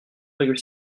virgule